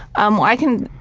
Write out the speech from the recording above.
um, well i can,